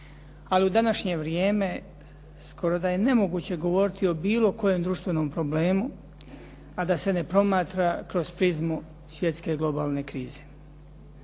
Ali u današnje vrijeme skoro da je nemoguće govoriti o bilo kojem društvenom problemu, a da se ne promatra kroz prizmu svjetske globalne krize.